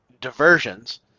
diversions